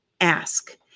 ask